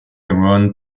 around